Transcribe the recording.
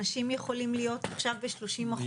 אנשים יכולים להיות עכשיו ב-30%,